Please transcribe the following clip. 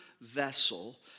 vessel